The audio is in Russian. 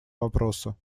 вопроса